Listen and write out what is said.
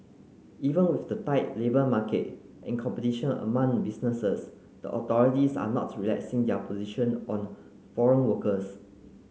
even with the tight labour market and competition among businesses the authorities are not relaxing their position on foreign workers